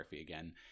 again